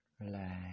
Relax